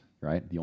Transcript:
Right